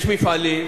יש מפעלים,